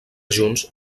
junts